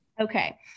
Okay